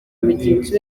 mugenzi